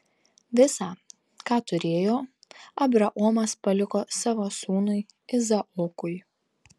visa ką turėjo abraomas paliko savo sūnui izaokui